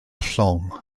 llong